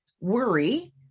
worry